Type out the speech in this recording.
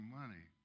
money